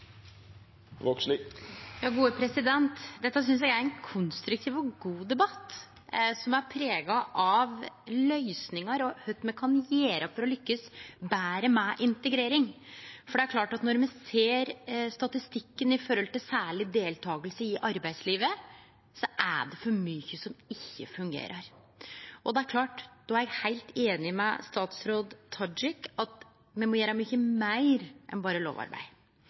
Dette synest eg er ein konstruktiv og god debatt som er prega av løysingar og kva me kan gjere for å lykkast betre med integrering, for det er klart at når me ser statistikken når det gjeld særleg deltaking i arbeidslivet, er det for mykje som ikkje fungerer. Det er òg klart at då er eg heilt einig med statsråd Tajik i at me må gjere mykje meir enn berre lovarbeid.